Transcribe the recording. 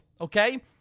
okay